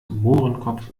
mohrenkopf